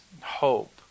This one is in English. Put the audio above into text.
hope